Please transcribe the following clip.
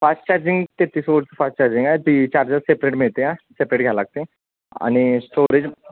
fast charging तेहत्तीस volt fast charging आहे ती चार्जर सेपरेट मिळतेया सेपरेट घ्याय लागतं आहे आणि स्टोरेज